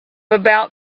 about